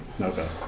Okay